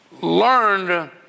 learned